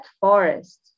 forest